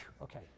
okay